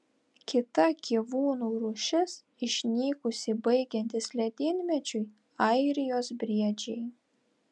kita gyvūnų rūšis išnykusi baigiantis ledynmečiui airijos briedžiai